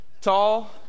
tall